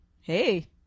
Hey